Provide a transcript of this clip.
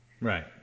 Right